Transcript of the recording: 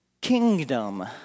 kingdom